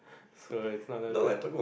so is not that bad